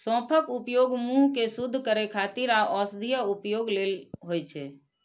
सौंफक उपयोग मुंह कें शुद्ध करै खातिर आ औषधीय उपयोग लेल होइ छै